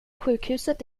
sjukhuset